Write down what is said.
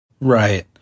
Right